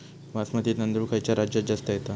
बासमती तांदूळ खयच्या राज्यात जास्त येता?